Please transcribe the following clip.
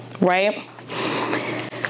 right